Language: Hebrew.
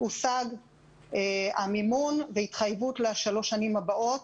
הושג המימון והתחייבות לשלוש השנים הבאות.